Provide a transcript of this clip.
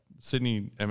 sydney